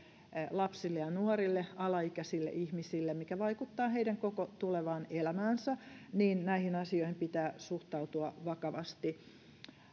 lapsille ja nuorille alaikäisille ihmisille mikä vaikuttaa heidän koko tulevaan elämäänsä tarkoittaa että näihin asioihin pitää suhtautua vakavasti